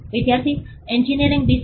વિદ્યાર્થી engineering design